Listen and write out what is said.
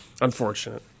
unfortunate